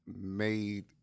made